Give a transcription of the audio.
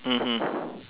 mmhmm